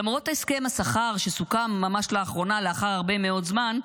למרות הסכם השכר שסוכם ממש לאחרונה לאחר הרבה מאוד זמן,